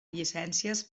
llicències